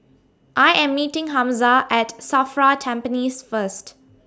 I Am meeting Hamza At SAFRA Tampines First